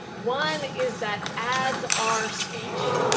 one is that ads are speech,